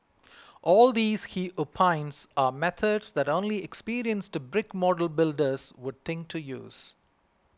all these he opines are methods that only experienced to brick model builders would think to use